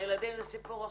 הילדים זה סיפור אחר.